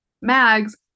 mags